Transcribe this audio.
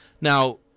Now